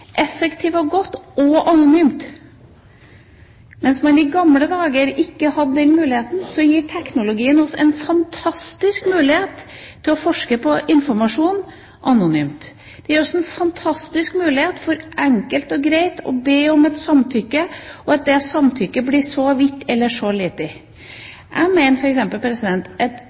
og godt – og anonymt. Mens man i gamle dager ikke hadde den muligheten, gir teknologien oss en fantastisk mulighet til å forske på informasjon anonymt. Den gir oss en fantastisk mulighet for enkelt og greit å be om et samtykke, og at det samtykket blir så vidt eller så lite. Jeg mener f.eks. at